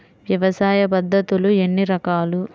వ్యవసాయ పద్ధతులు ఎన్ని రకాలు?